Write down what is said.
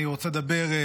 אני רוצה לדבר,